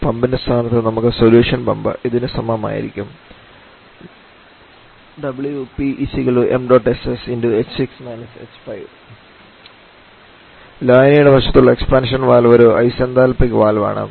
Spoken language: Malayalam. പമ്പിൻറെ സ്ഥാനത്ത് നമുക്ക് സൊല്യൂഷൻ പമ്പ് ഇതിന് സമമായിരിക്കും ലായനിയുടെ വശത്തുള്ള എക്സ്പാൻഷൻ വാൽവ് ഒരു ഐസ്എന്താൽപ്പിക് വാൽവ് ആണ്